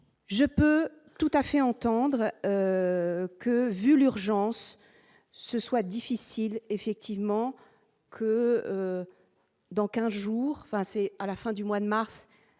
je peux tout à fait entendre que, vu l'urgence, ce soit difficile effectivement que dans 15 jours, enfin, c'est à la fin du mois de mars,